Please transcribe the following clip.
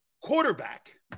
quarterback